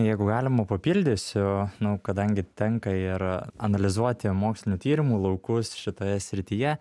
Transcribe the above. jeigu galima papildysiu nu kadangi tenka ir analizuoti mokslinių tyrimų laukus šitoje srityje